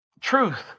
truth